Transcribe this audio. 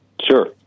Sure